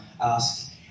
ask